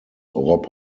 rob